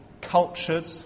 cultured